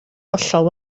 hollol